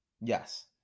Yes